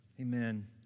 amen